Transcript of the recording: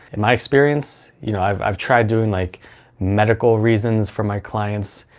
in my experience, you know i've i've tried doing like medical reasons for my clients,